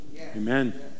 Amen